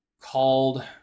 called